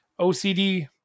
ocd